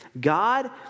God